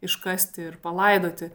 iškasti ir palaidoti